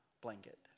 blanket